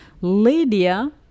Lydia